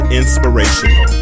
inspirational